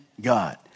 God